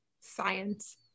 Science